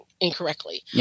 incorrectly